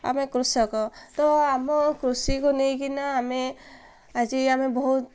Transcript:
ଆମେ କୃଷକ ତ ଆମ କୃଷିକୁ ନେଇକିନା ଆମେ ଆଜି ଆମେ ବହୁତ